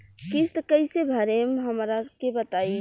किस्त कइसे भरेम हमरा के बताई?